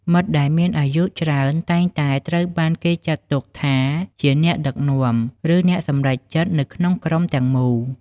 មិត្តដែលមានអាយុច្រើនតែងតែត្រូវបានគេចាត់ទុកថាជាអ្នកដឹកនាំ ឬអ្នកសម្រេចចិត្តនៅក្នុងក្រុមទាំងមូល។